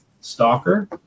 stalker